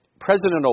President